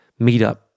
meetup